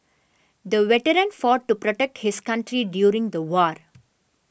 the veteran fought to protect his country during the war